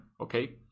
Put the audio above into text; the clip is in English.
okay